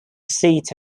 seat